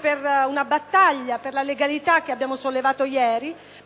per una battaglia per la legalità, che abbiamo ricordato ieri,